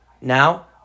Now